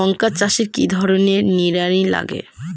লঙ্কা চাষে কি ধরনের নিড়ানি লাগে?